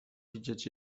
widzieć